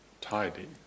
tidy